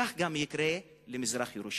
כך גם יקרה למזרח-ירושלים.